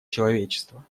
человечества